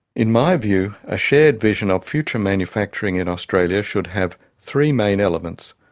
in my view, a shared vision of future manufacturing in australia should have three main elements.